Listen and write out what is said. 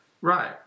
Right